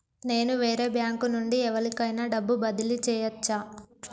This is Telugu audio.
నేను వేరే బ్యాంకు నుండి ఎవలికైనా డబ్బు బదిలీ చేయచ్చా?